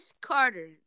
Carter